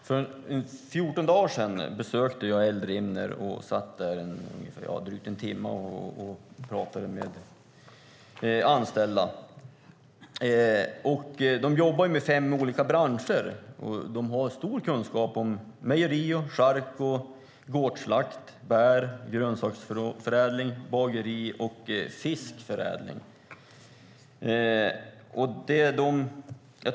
Fru talman! För 14 dagar sedan besökte jag Eldrimner och pratade med anställda i drygt en timme. De jobbar med fem olika branscher. De har stor kunskap om mejeri, chark, gårdsslakt, bär, grönsaksförädling, bakning och fiskförädling.